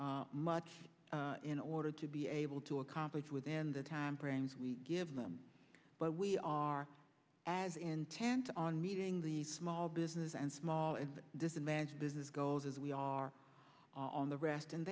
out much in order to be able to accomplish within the timeframes we give them but we are as intent on meeting the small business and small and disadvantaged business goals as we are on the rest and